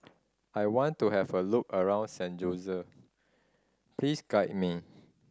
I want to have a look around San Jose please guide me